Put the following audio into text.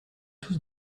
tous